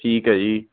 ਠੀਕ ਹੈ ਜੀ